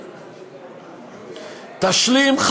תשלים,